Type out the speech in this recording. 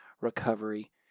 recovery